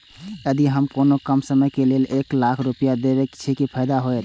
यदि हम कोनो कम समय के लेल एक लाख रुपए देब छै कि फायदा होयत?